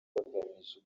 bagamije